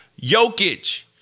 Jokic